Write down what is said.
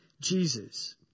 Jesus